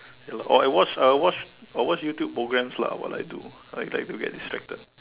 ya lah or I watch I watch I watch YouTube programs lah what I do I like to get distracted